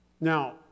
Now